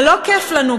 זה לא כיף לנו,